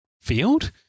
field